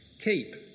Keep